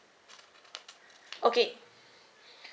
okay